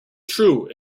true